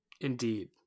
Indeed